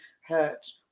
hurt